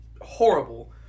Horrible